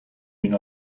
d’une